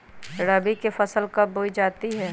रबी की फसल कब बोई जाती है?